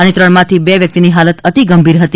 અને ત્રણમાંથી બે વ્યક્તિની હાલત અતિ ગંભીર હતી